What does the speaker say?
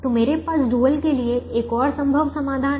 तो मेरे पास डुअल के लिए एक और संभव समाधान है